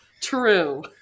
true